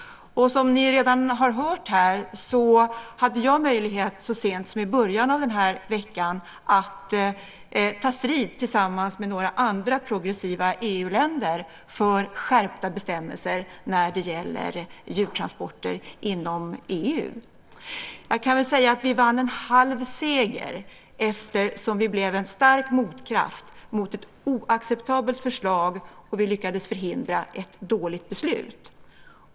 Som ni redan har hört här så hade jag möjlighet att så sent som i början av den här veckan ta strid tillsammans med några andra progressiva EU-länder för skärpta bestämmelser när det gäller djurtransporter inom EU. Jag kan säga att vi vann en halv seger eftersom vi blev en stark motkraft mot ett oacceptabelt förslag och lyckades förhindra ett dåligt beslut.